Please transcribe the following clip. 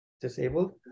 disabled